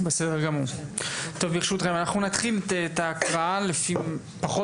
ברשותכם, אנחנו נתחיל את ההקראה ובכל